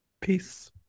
Peace